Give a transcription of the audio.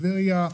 טבריה,